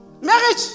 marriage